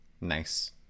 nice